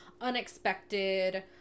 unexpected